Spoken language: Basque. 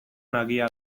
nagia